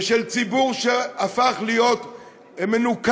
ושל ציבור שהפך להיות מנוכר,